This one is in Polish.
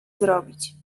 zrobić